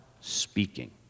speaking